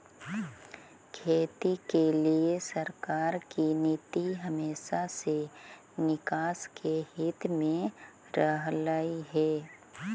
खेती के लिए सरकार की नीति हमेशा से किसान के हित में रहलई हे